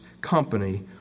company